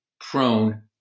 prone